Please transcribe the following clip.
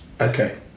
Okay